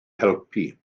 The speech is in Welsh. helpu